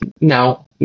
now